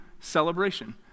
celebration